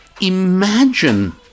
Imagine